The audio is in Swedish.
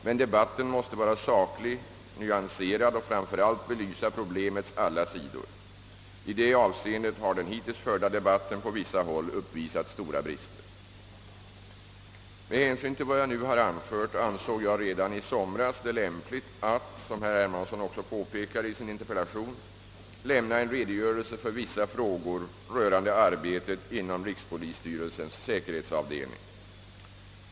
Men debatten måste vara saklig, nyanserad och framför allt belysa problemets alla sidor. I detta avseende har den hittills förda debatten på vissa håll uppvisat stora brister. Med hänsyn till vad jag nu har anfört ansåg jag redan i somras det lämpligt att, som herr Hermansson också påpekar i sin interpellation, lämna en redogörelse för vissa frågor rörande arbetet inom rikspolisstyrelsens säkerhetsavdelning.